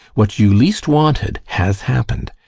what you least wanted has happened.